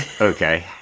Okay